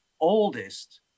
oldest